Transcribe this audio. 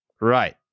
right